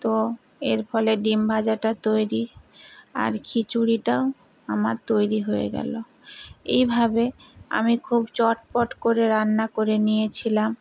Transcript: তো এর ফলে ডিম ভাজাটা তৈরি আর খিচুড়িটাও আমার তৈরি হয়ে গেল এইভাবে আমি খুব চটপট করে রান্না করে নিয়েছিলাম